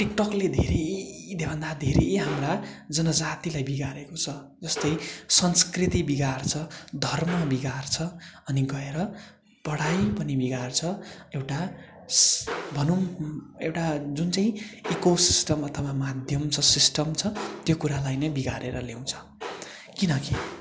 टिकटकले धेरैभन्दा धेरै हाम्रा जनजातिलाई बिगारेको छ जस्तै संस्कृति बिगार्छ धर्म बिगार्छ अनि गएर पढाइ पनि बिगार्छ एउटा भनौँ एउटा जुन चाहिँ इकोसिस्टम अथवा माध्यम छ सिस्टम छ त्यो कुरालाई नै बिगारेर ल्याउँछ किनकि